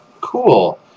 Cool